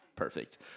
Perfect